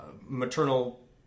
maternal